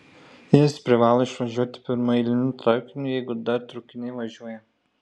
jis privalo išvažiuoti pirmuoju eiliniu traukiniu jeigu dar traukiniai važiuoja